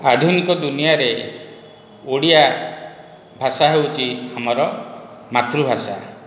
ଆଧୁନିକ ଦୁନିଆଁରେ ଓଡ଼ିଆ ଭାଷା ହେଉଛି ଆମର ମାତୃଭାଷା